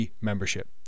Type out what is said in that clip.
membership